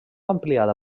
ampliada